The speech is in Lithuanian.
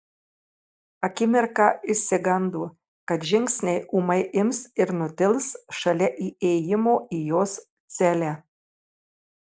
akimirką išsigando kad žingsniai ūmai ims ir nutils šalia įėjimo į jos celę